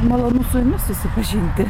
malonu su jumis susipažinti